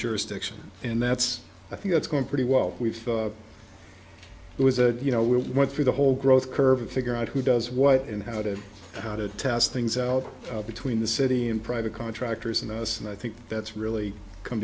jurisdiction and that's i think it's going pretty well we've it was a you know we went through the whole growth curve to figure out who does what and how to how to test things out between the city and private contractors in the us and i think that's really come